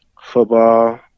football